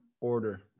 order